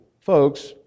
folks